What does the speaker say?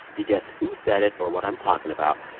you guess who said it or what i'm talking about.